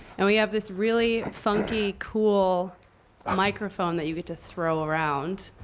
and we have this really funky, cool microphone that you get to throw around.